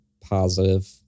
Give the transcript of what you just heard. positive